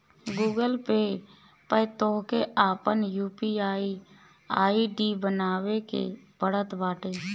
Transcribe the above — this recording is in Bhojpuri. गूगल पे पअ तोहके आपन यू.पी.आई आई.डी बनावे के पड़त बाटे